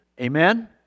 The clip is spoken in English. Amen